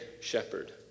shepherd